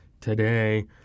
Today